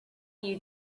you